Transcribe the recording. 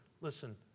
Listen